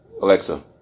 Alexa